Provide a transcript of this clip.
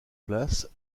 places